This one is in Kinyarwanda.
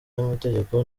y’amategeko